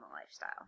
lifestyle